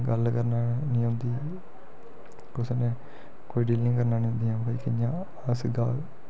गल्ल करना नी औंदी कुसै ने कोई डीलिंग करना नी औंदी हां भाई कि'यां अस गल्ल